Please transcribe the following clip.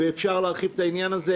ואפשר להרחיב את העניין הזה,